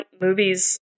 movies